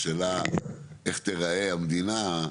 השאלה איך תיראה המדינה,